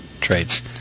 traits